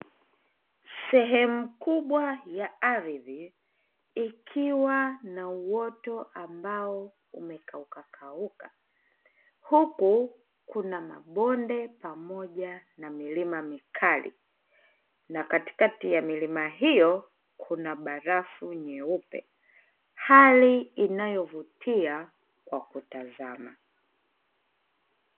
Sehemu kubwa ya ardhi, ikiwa na uoto ambao umekauka kauka, huku kuna mabonde pamoja na milima mikali, na katikati ya milima hiyo kuna barafu nyeupe hali inayovutia kwa kutazama.